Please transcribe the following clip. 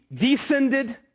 descended